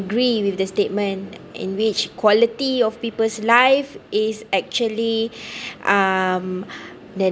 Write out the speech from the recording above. agree with that statement in which quality of peoples life is actually um